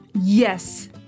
Yes